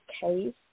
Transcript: case